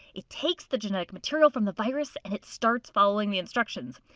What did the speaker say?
it takes the genetic material from the virus and it starts following the instructions,